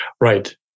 Right